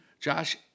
Josh